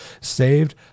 saved